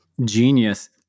genius